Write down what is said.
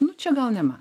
nu čia gal ne ma